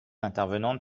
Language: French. intervenante